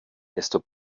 desto